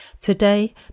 Today